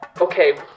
Okay